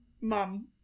mum